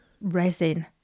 resin